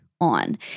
on